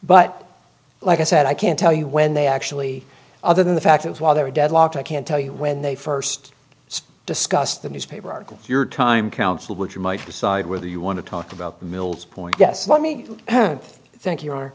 but like i said i can't tell you when they actually other than the fact that while they were deadlocked i can't tell you when they first discussed the newspaper article your time counsel which you might decide whether you want to talk about mills point yes let me thank you